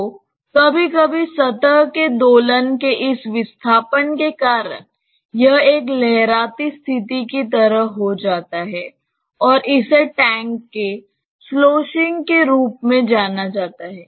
तो कभी कभी सतह के दोलन के इस विस्थापन के कारण यह एक लहराती स्थिति की तरह हो जाता है और इसे टैंक के स्लोशिंग के रूप में जाना जाता है